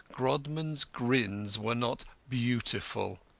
grodman's grins were not beautiful.